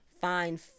find